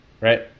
right